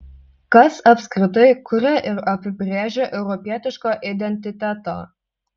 kas apskritai kuria ir apibrėžia europietišką identitetą